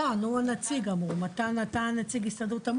מתן נציג הסתדרות.